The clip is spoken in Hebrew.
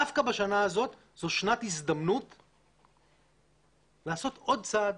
דווקא בשנה הזו, זו שנת הזדמנות לעשות עוד צעד